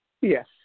Yes